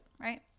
right